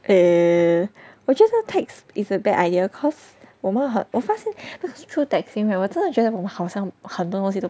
err 我觉得 text is a bad idea cause 我们很我发现 through texting right 我真的觉得我们好像很多东西都不